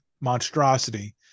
monstrosity